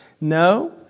No